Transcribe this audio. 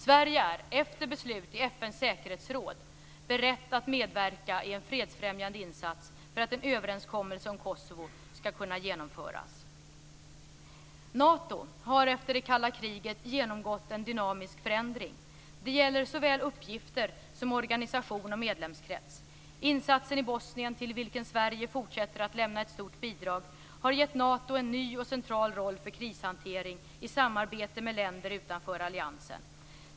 Sverige är, efter beslut i FN:s säkerhetsråd, berett att medverka i en fredsfrämjande insats för att en överenskommelse om Kosovo skall kunna genomföras. Nato har efter det kalla kriget genomgått en dynamisk förändring. Det gäller såväl uppgifter som organisation och medlemskrets. Insatsen i Bosnien - till vilken Sverige fortsätter att lämna ett stort bidrag - har gett Nato en ny och central roll för krishantering i samarbete med länder utanför alliansen.